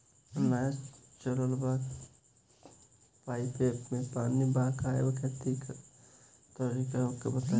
नया चलल बा पाईपे मै पानी बहाके खेती के तरीका ओके बताई?